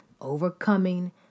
overcoming